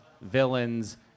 Villains